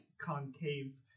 concave